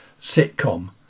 sitcom